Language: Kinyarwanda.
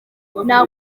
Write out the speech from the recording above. nta